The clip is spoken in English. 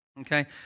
Okay